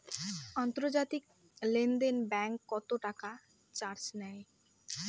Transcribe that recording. আন্তর্জাতিক লেনদেনে ব্যাংক কত টাকা চার্জ নেয়?